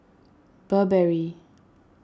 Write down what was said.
Burberry